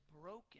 broken